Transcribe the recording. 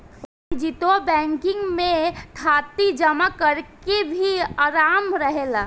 वाणिज्यिक बैंकिंग में थाती जमा करेके भी आराम रहेला